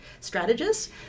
strategists